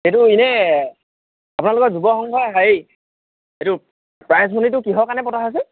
সেইটো এনেই আপোনালোকৰ যুৱ সংঘৰ হেৰি এইটো প্ৰাইজ মানিটো কিহৰ কাৰণে পতা হৈছে